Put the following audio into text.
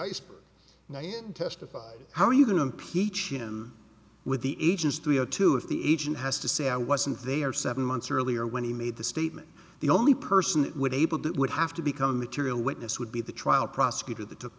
iceberg and i had testified how are you going to impeach him with the ages three or two if the agent has to say i wasn't there seven months earlier when he made the statement the only person that would able that would have to become material witness would be the trial prosecutor that took